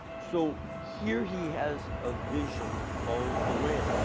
so here he has a vision of the lamb.